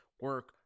Work